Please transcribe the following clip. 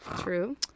true